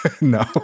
No